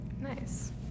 Nice